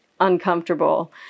uncomfortable